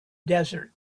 desert